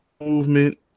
movement